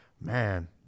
man